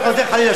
וחוזר חלילה,